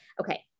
okay